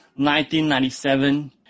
1997